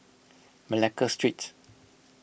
Malacca Street